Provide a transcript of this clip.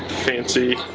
fancy,